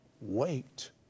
wait